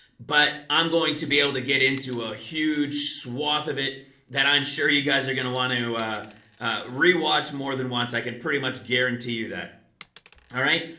but i'm going to be able to get into a huge swath of it that i'm sure you guys are going to want to re-watch more than once i can pretty much guarantee you that all right.